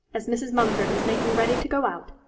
as mrs. mumford was making ready to go out,